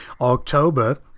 October